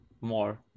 more